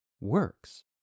works